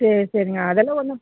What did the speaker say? சரி சரிங்க அதெல்லாம் ஒன்றும்